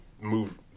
move